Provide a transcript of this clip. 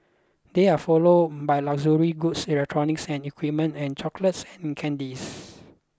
they are followed by luxury goods electronics and equipment and chocolates and candies